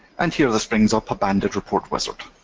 and here this brings up our banded report wizard.